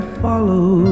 follow